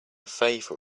favor